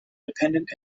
dependent